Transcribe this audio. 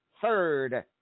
third